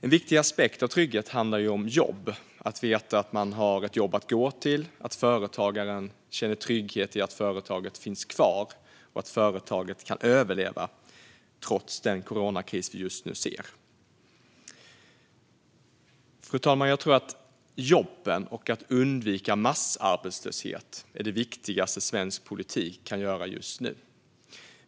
En viktig aspekt av trygghet handlar om jobb - om att veta att man har ett jobb att gå till och om att företagaren känner trygghet i att företaget finns kvar och att företaget kan överleva trots den coronakris vi just nu ser. Fru talman! Jag tror att det viktigaste svensk politik kan göra just nu handlar om jobben och om att undvika massarbetslöshet.